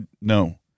No